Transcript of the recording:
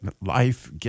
life